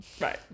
Right